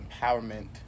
empowerment